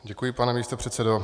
Děkuji, pane místopředsedo.